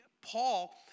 Paul